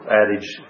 adage